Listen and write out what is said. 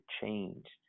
changed